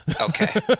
Okay